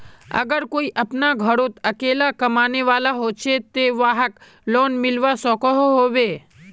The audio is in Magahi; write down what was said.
अगर कोई अपना घोरोत अकेला कमाने वाला होचे ते वाहक लोन मिलवा सकोहो होबे?